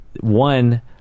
one